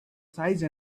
size